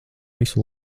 visu